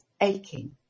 aching